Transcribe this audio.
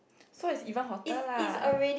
so is even hotter lah